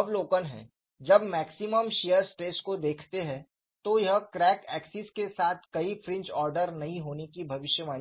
अवलोकन है जब मैक्सिमम शियर स्ट्रेस को देखते हैं तो यह क्रैक एक्सिस के साथ कोई फ्रिंज ऑर्डर नहीं होने की भविष्यवाणी करता है